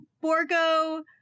Borgo